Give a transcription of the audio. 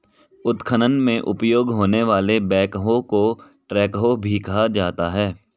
उत्खनन में उपयोग होने वाले बैकहो को ट्रैकहो भी कहा जाता है